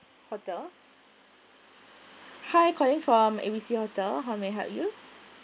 hotel hi calling form a b c hotel how may I help you